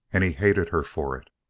and he hated her for it.